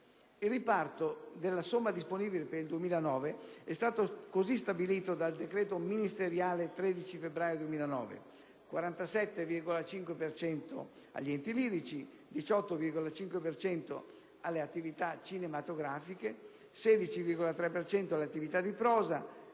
Il riparto della somma disponibile per il 2009 è stato così stabilito dal decreto ministeriale del 13 febbraio 2009: 47,5 per cento agli enti lirici, 18,5 per cento alle attività cinematografiche, 16,3 per cento alle attività di prosa,